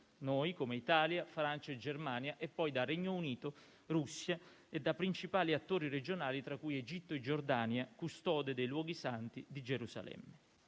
tra cui Italia, Francia e Germania, e poi dal Regno Unito, dalla Russia e dai principali attori regionali, tra cui Egitto e Giordania, custode dei luoghi santi di Gerusalemme.